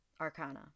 arcana